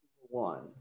one